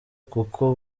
kuko